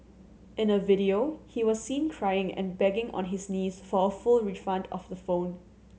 in a video he was seen crying and begging on his knees for a full refund of the phone